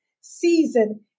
season